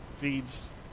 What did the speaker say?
feeds